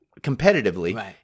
competitively